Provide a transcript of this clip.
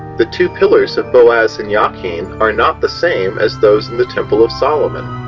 the two pillars of boaz and jachin are not the same as those in the temple of solomon.